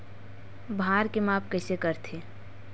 भार के माप कइसे करथे?